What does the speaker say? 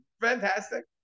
Fantastic